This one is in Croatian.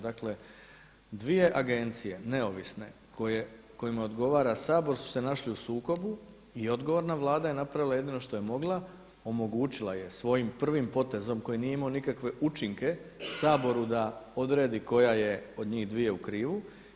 Dakle, dvije agencije neovisne kojima odgovara Sabor su se našle u sukobu i odgovorna Vlada je napravila jedino što je mogla, omogućila je svojim prvim potezom koji nije imao nikakve učinke Saboru da odredi koja je od njih dvije u krivu.